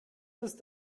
ist